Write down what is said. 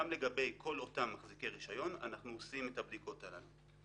גם לגבי כל אותם מחזיקי רישיון אנחנו עושים את הבדיקות הללו.